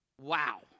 wow